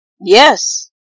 Yes